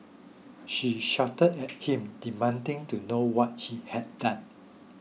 she shouted at him demanding to know what he had done